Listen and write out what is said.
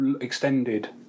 extended